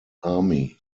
army